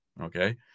Okay